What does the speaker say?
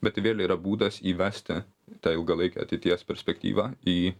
bet vėl yra būdas įvesti tą ilgalaikę ateities perspektyvą į